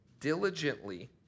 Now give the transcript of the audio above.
diligently